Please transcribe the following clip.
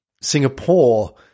Singapore